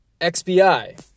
XBI